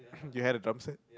you had a dub set